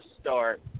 start